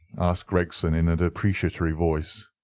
asked gregson in a depreciatory voice.